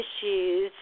issues